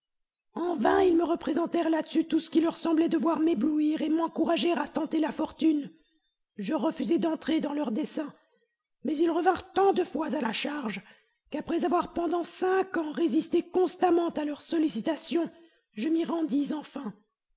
en vain ils me représentèrent là-dessus tout ce qui leur sembla devoir m'éblouir et m'encourager à tenter la fortune je refusai d'entrer dans leur dessein mais ils revinrent tant de fois à la charge qu'après avoir pendant cinq ans résisté constamment à leurs sollicitations je m'y rendis enfin